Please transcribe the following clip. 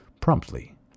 promptly